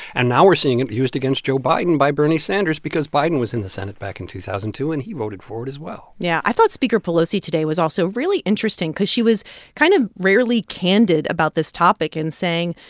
and now we're seeing it used against joe biden by bernie sanders because biden was in the senate back in two thousand and two, and he voted for it as well yeah. i thought speaker pelosi today was also really interesting cause she was kind of rarely candid about this topic in saying,